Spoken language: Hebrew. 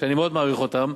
שאני מאוד מעריך אותם,